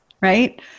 right